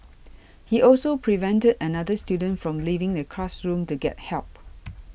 he also prevented another student from leaving the classroom to get help